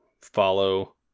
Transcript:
follow